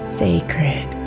sacred